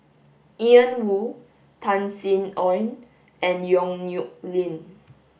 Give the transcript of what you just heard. Ian Woo Tan Sin Aun and Yong Nyuk Lin